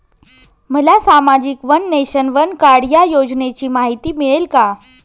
मला सामाजिक one nation, one card या योजनेची माहिती मिळेल का?